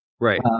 Right